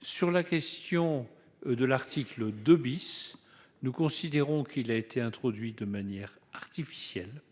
sur la question de l'article 2 bis, nous considérons qu'il a été introduit de manière artificielle,